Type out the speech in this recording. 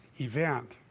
event